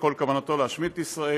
שכל כוונתו להשמיד את ישראל,